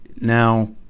Now